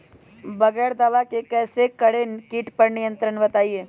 बगैर दवा के कैसे करें कीट पर नियंत्रण बताइए?